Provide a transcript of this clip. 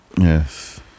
Yes